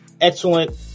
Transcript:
excellent